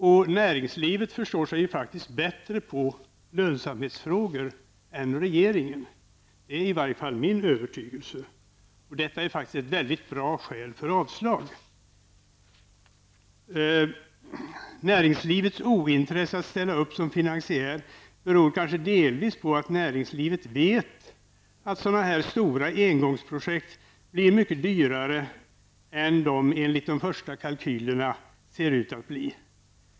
Och näringslivet förstår sig faktiskt bättre på lönsamhetsfrågor än regeringen -- det är i varje fall min övertygelse. Det är ett bra skäl för avslag. Näringslivets ointresse att ställa upp som finansiär beror kanske delvis på att näringslivet vet att sådana här stora engångsprojekt blir mycket dyrare än de ser ut att bli enligt de första kalkylerna.